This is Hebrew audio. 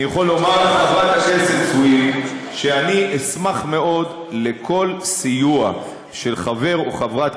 אני יכול לומר לחברת הכנסת סויד שאני אשמח מאוד לכל סיוע של חבר או חברת